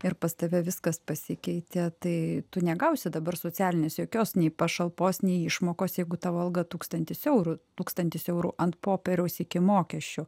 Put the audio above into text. ir pas tave viskas pasikeitė tai tu negausi dabar socialinės jokios nei pašalpos nei išmokos jeigu tavo alga tūkstantis eurų tūkstantis eurų ant popieriaus iki mokesčių